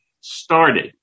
started